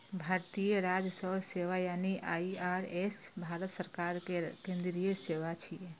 भारतीय राजस्व सेवा यानी आई.आर.एस भारत सरकार के केंद्रीय सेवा छियै